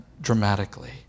dramatically